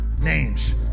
names